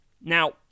Now